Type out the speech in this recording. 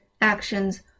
actions